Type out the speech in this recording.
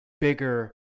bigger